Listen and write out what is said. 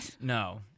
No